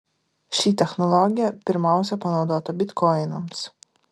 ši technologija pirmiausia panaudota bitkoinams